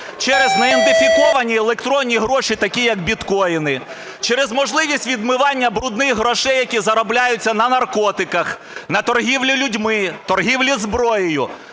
через неідентифіковані електронні гроші такі, як біткоіни, через можливість відмивання "брудних" грошей, які заробляються на наркотиках, на торгівлі людьми, торгівлі зброєю.